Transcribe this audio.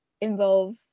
involve